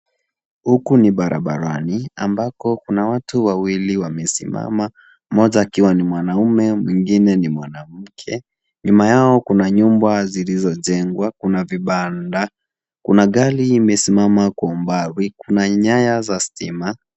Huku ni barabarani ambako kuna watu wawili wamesimama mmoja akiwa ni mwanamume mwengine ni mwanamke. Nyuma yao kuna nyumba zilizojengwa. Kuna vibanda. Kuna gari limesimama kwa umbali. Kuna nyaya za stima.